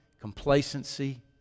complacency